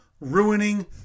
ruining